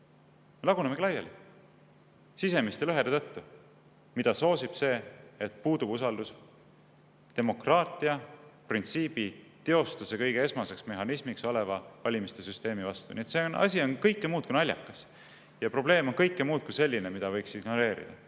Lagunemegi laiali sisemiste lõhede tõttu. Aga seda kõike soosib see, et puudub usaldus demokraatiaprintsiibi teostuse kõige esmaseks mehhanismiks oleva valimiste süsteemi vastu. Nii et asi on kõike muud kui naljakas. Ja probleem on kõike muud kui selline, mida võiks ignoreerida.